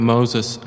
Moses